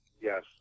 Yes